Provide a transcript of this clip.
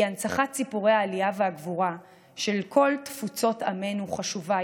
כי הנצחת סיפורי העלייה והגבורה של כל תפוצות עמנו חשובה.